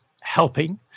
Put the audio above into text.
helping